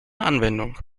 anwendung